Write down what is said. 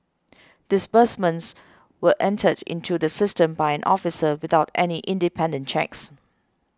disbursements were entered into the system by an officer without any independent checks